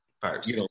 First